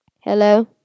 Hello